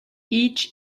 each